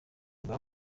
bwaba